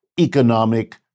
economic